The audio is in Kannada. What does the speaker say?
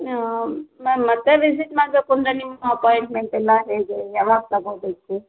ಹಾಂ ಮ್ಯಾಮ್ ಮತ್ತೆ ವಿಝಿಟ್ ಮಾಡಬೇಕು ಅಂದರೆ ನಿಮ್ಮ ಅಪಾಯಿಂಟ್ಮೆಂಟ್ ಎಲ್ಲ ಹೇಗೆ ಯಾವಾಗ ತಗೊಬೇಕು